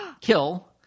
kill